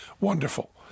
wonderful